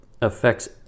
affects